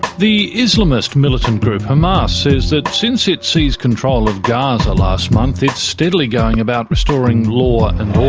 the islamist militant group hamas says that since it seized control of gaza last month, it's steadily going about restoring law